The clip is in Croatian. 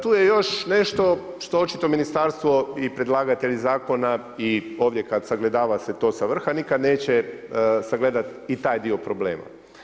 Tu je još nešto što očito ministarstvo i predlagatelji zakona i ovdje kad sagledava se to sa vrha nikad neće sagledati i taj dio problema.